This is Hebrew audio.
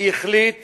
החליט